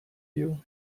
you